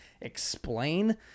explain